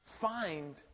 find